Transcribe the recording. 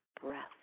breath